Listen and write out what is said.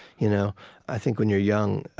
you know i think when you're young,